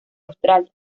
australia